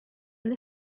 and